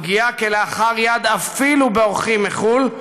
הפגיעה כלאחר יד אפילו באורחים מחו"ל,